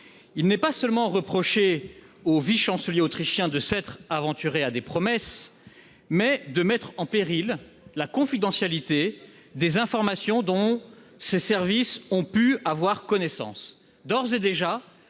Il est reproché au vice-chancelier autrichien non seulement de s'être aventuré à des promesses, mais aussi de mettre en péril la confidentialité des informations dont ses services ont pu avoir connaissance.